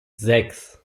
sechs